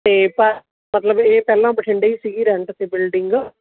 ਅਤੇ ਪਰ ਮਤਲਬ ਇਹ ਪਹਿਲਾਂ ਬਠਿੰਡੇ ਹੀ ਸੀਗੀ ਰੈਂਟ 'ਤੇ ਬਿਲਡਿੰਗ